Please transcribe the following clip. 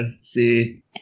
see